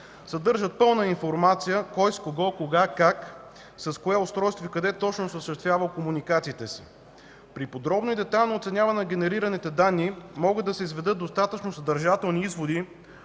съдържат пълна информация кой с кого, кога, как, с кое устройство и къде точно е осъществявал комуникациите си. При подробно и детайлно оценяване на генерираните данни могат да се изведат достатъчно съдържателни изводи